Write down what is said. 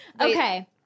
Okay